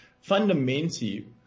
fundamentally